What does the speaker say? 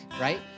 right